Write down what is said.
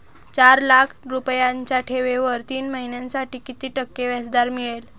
चार लाख रुपयांच्या ठेवीवर तीन महिन्यांसाठी किती टक्के व्याजदर मिळेल?